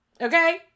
Okay